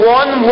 one